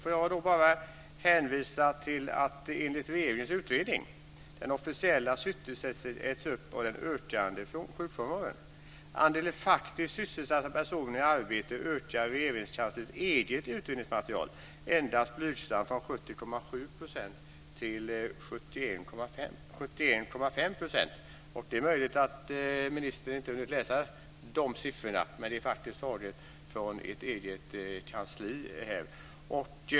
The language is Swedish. Får jag hänvisa till att den officiella sysselsättningsökningen äts upp av den ökande sjukfrånvaron, enligt regeringens utredning. Andelen faktiskt sysselsatta personer i arbete ökar enligt Regeringskansliets eget utredningsmaterial endast blygsamt, från 70,7 % till 71,5 %. Det är möjligt att ministern inte hunnit läsa de siffrorna. Men det är faktiskt taget från ert eget kansli.